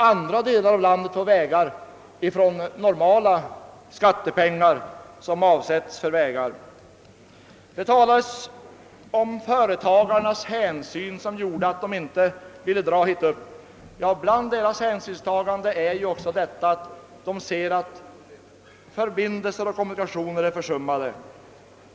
Andra delar av landet får bygga vägar med hjälp av normala skattepengar, som avsatts för vägbyggande. Det talas om företagarnas hänsyn, som gjorde att de inte ville förlägga sina företag hit upp. Anledningen till deras ställningstagande är väl bl.a. att de ser att kommunikationerna är försummade.